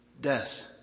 death